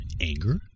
anger